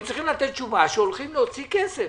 הם צריכים לתת תשובה שהולכים להוציא כסף.